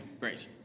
great